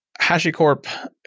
HashiCorp